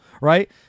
right